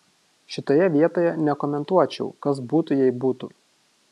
šitoje vietoj nekomentuočiau kas būtų jei būtų